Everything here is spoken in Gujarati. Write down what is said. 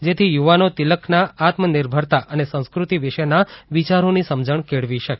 જેથી યુવાનો તિલકના આત્મનિર્ભરતા અને સંસ્કૃતિ વિશેના વિયારોની સમજણ કેળવી શકે